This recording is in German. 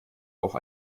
auch